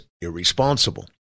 irresponsible